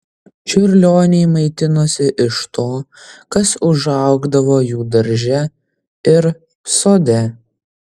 čiurlioniai maitinosi iš to kas užaugdavo jų darže ir sode